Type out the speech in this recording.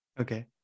okay